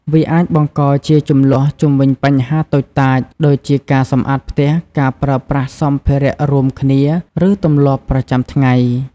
វាអាចបង្កជាជម្លោះជុំវិញបញ្ហាតូចតាច ដូចជាការសម្អាតផ្ទះ ការប្រើប្រាស់សម្ភារៈរួមគ្នា ឬទម្លាប់ប្រចាំថ្ងៃ។